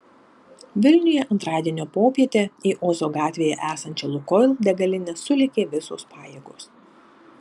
vilniuje antradienio popietę į ozo gatvėje esančią lukoil degalinę sulėkė visos pajėgos